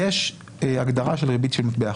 יש הגדרה של ריבית של מטבע חוץ.